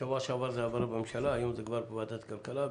בשבוע שעבר זה עבר בממשלה והיום זה כבר בוועדת הכלכלה.